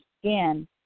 skin